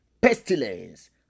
pestilence